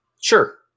Sure